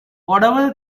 whatever